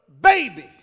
baby